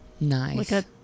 Nice